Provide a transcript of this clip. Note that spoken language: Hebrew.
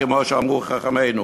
כמו שאמרו חכמינו.